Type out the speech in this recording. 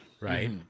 Right